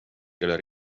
kelle